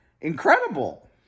incredible